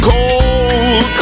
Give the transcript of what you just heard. Cold